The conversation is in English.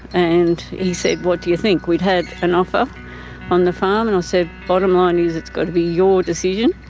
and he said, what do you think? we'd had an offer on the farm, and i said, bottom line is it's got to be your decision.